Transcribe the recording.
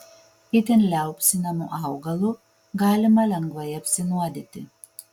itin liaupsinamu augalu galima lengvai apsinuodyti